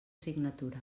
signatura